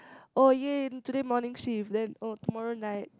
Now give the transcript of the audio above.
oh ya ya ya today morning shift then oh tomorrow night